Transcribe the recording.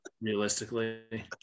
realistically